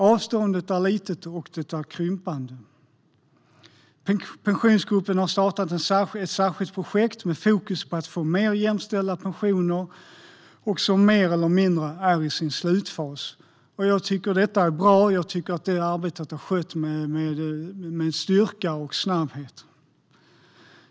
Avståndet är litet och krympande. Pensionsgruppen har startat ett särskilt projekt som har fokus på att få mer jämställda pensioner och som mer eller mindre är i sin slutfas. Jag tycker att det är bra och att arbetet har skötts med styrka och snabbhet.